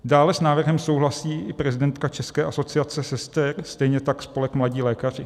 Dále s návrhem souhlasí i prezidentka České asociace sester, stejně tak spolek Mladí lékaři.